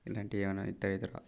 ఇలాంటివి ఏవన్నా ఇతరేతర